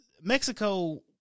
Mexico